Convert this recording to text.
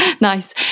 Nice